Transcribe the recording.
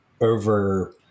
over